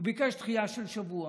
הוא ביקש דחייה של שבוע.